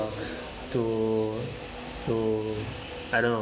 uh to to I don't know